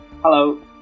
Hello